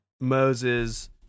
Moses